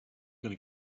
gonna